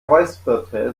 räusperte